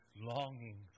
Longing